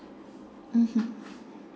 mmhmm